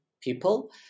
people